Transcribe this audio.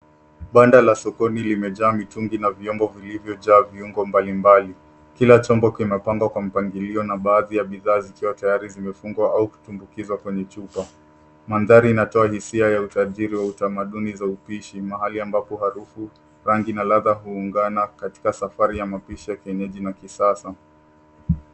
Banda la sokoni limejaa mitungi na vyombo vilivyojaa viungo mbalimbali. Kila chombo kimepangwa kwa mpangilio na baadhi ya bidhaa zikiwa tayari zimefungwa au kutumbukizwa kwenye chupa. Mandhari inatoa hisia ya utajiri wa utamaduni za upishi mahali ambapo harufu, rangi na ladha huungana katika Safari ya mapishi ya kienyeji na kisasa.